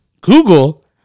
Google